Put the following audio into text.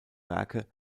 werke